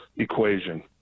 Equation